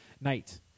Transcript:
night